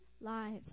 lives